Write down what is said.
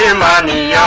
and money